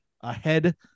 ahead